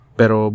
pero